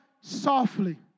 softly